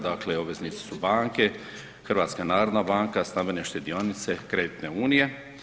Dakle, obveznici su banke HNB, stambene štedionice, kreditne unije.